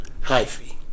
Hyphy